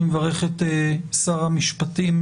אני מברך את שר המשפטים,